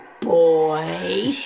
boy